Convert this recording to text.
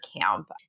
camp